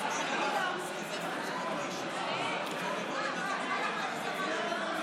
חבר הכנסת רם בן ברק, בבקשה.